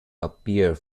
appear